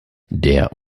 der